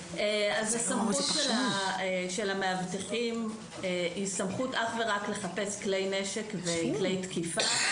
הסמכות של המאבטחים היא סמכות אך ורק לחפש כלי נשק וכלי תקיפה,